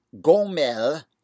Gomel